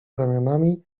ramionami